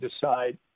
decide